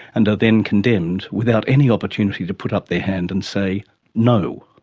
and are then condemned, without any opportunity to put up their hand and say no.